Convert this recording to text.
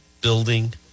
building